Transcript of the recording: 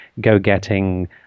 go-getting